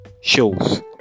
shows